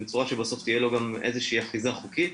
ובצורה שבסוף תהיה לו איזושהי אחיזה חוקית.